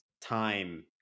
time